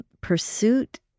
pursuit